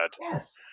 Yes